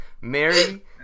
Mary